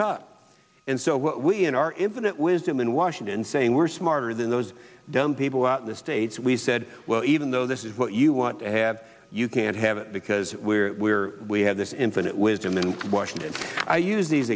tut and so we in our infinite wisdom in washington saying we're smarter than those dumb people out in the states we said well even though this is what you want to have you can't have it because we have this infinite wisdom in washington i use these